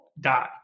die